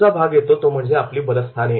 पुढचा भाग येतो तो म्हणजे आपली बलस्थाने